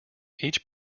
each